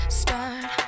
start